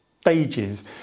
stages